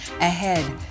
ahead